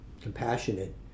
compassionate